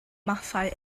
mathau